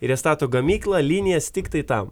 ir jie stato gamyklą linijas tiktai tam